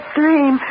dream